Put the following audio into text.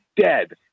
dead